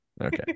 Okay